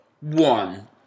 one